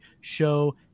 show